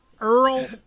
Earl